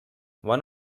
one